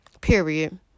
Period